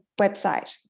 website